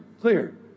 clear